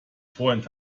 freund